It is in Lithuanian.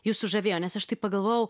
jus sužavėjo nes aš taip pagalvojau